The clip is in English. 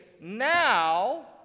Now